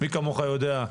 מי כמוך יודע,